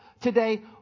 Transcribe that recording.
today